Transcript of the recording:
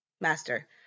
Master